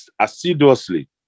assiduously